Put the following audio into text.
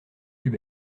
plus